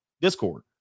Discord